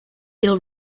ill